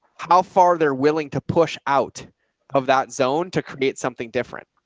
how far they're willing to push out of that zone to create something different.